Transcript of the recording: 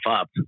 up